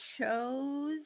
chose